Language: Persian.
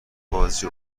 بازی